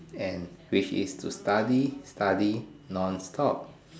and which is to study study non-stop